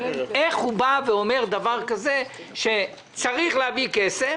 איך הוא אומר שצריך להביא כסף,